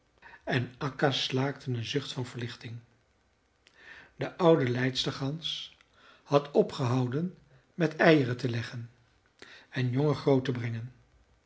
en akka slaakte een zucht van verlichting de oude leidstergans had opgehouden met eieren te leggen en jongen groot te brengen